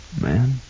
Man